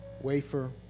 wafer